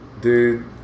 dude